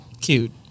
Cute